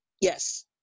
yes